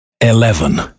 eleven